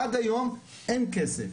עד היום אין כסף.